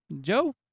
Joe